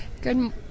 Good